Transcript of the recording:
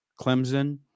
Clemson